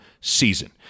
season